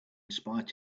spite